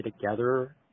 together